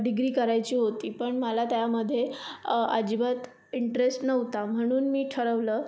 degree करायची होती पण मला त्यामध्ये अजिबात इंटरेस्ट नव्हता म्हणून मी ठरवलं